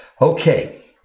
Okay